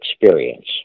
experience